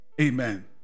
Amen